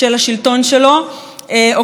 או כמו שהוא עצמו פעם אמר: